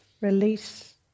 release